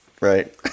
Right